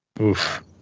Oof